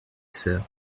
sœur